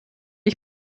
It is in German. ich